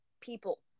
people